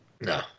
No